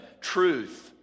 truth